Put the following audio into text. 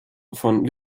von